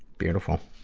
beautiful,